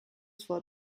vor